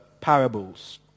parables